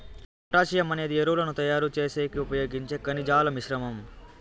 potassium అనేది ఎరువులను తయారు చేసేకి ఉపయోగించే ఖనిజాల మిశ్రమం